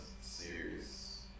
serious